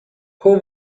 who